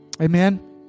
Amen